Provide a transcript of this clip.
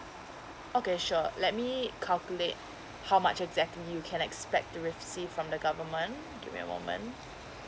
okay sure let me calculate how much exactly you can expect to receive from the government give me a moment